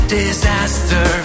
disaster